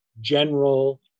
general